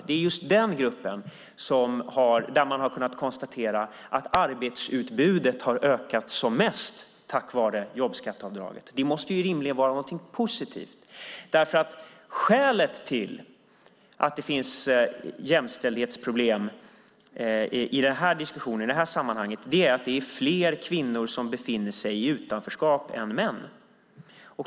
Det är just när det gäller den gruppen som man har kunnat konstatera att arbetsutbudet har ökat som mest, tack vare jobbskatteavdraget. Det måste rimligen vara någonting positivt. Skälet till att det finns jämställdhetsproblem i det här sammanhanget är att det är fler kvinnor som befinner sig i utanförskap än män.